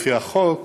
לפי החוק,